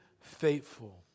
faithful